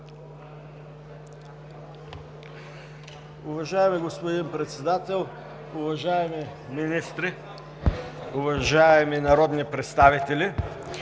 Уважаеми господин Председател, уважаеми министри, уважаеми народни представители!